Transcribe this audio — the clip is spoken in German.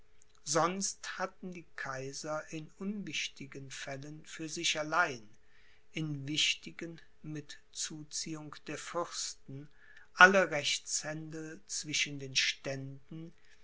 sonst hatten die kaiser in unwichtigen fällen für sich allein in wichtigen mit zuziehung der fürsten alle rechtshändel zwischen den ständen